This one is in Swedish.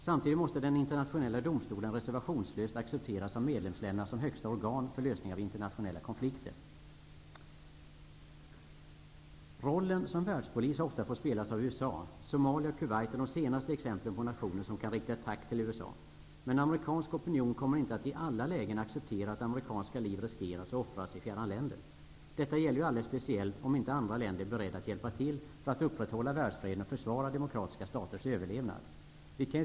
Samtidigt måste den internationella domstolen reservationslöst av medlemsländerna accepteras som högsta organ för lösandet av internationella konflikter. Rollen som världspolis har ofta fått spelas av USA. Somalia och Kuwait är de senaste exemplen på nationer som kan rikta ett tack till USA. Men den amerikanska opinionen kommer inte att i alla lägen acceptera att amerikanska liv riskeras och offras i fjärran länder. Detta gäller ju alldeles speciellt om inte andra länder är beredda att hjälpa till för att upprätthålla världsfreden och försvara demokratiska staters överlevnad.